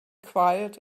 quiet